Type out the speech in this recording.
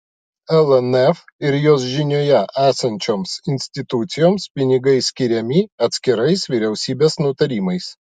lnf ir jos žinioje esančioms institucijoms pinigai skiriami atskirais vyriausybės nutarimais